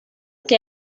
que